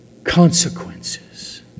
consequences